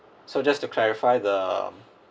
so just to clarify the